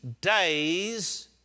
days